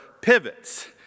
pivots